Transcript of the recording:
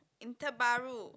inter Bahru